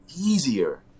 easier